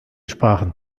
sparen